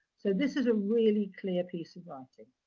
so, this is a really clear piece of writing.